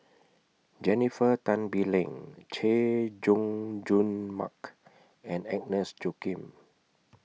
Jennifer Tan Bee Leng Chay Jung Jun Mark and Agnes Joaquim